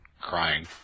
crying